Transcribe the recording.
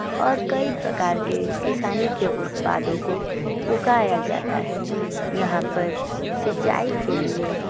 और कई प्रकार के किसानी के उत्पादों को उगाया जाता है यहाँ पर सिंचाई के लिए